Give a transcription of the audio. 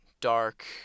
dark